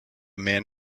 man